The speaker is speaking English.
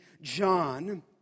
John